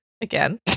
again